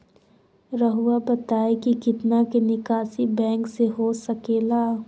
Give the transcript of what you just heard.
रहुआ बताइं कि कितना के निकासी बैंक से हो सके ला?